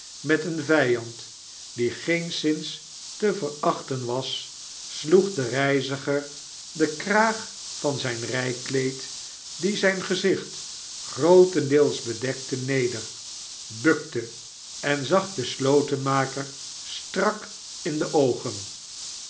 met een vijand die geenszins te verachten was sloeg de reiziger den kraag van zijn rijkleed die zijn gezicht grootendeels bedekte neder bukte en zag den slotenmaker strak in de oogen